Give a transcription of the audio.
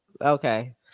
okay